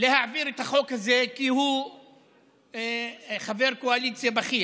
להעביר את החוק הזה, כי הוא חבר קואליציה בכיר.